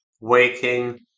waking